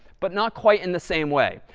but not quite in the same way.